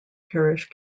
parish